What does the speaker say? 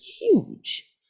huge